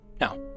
Now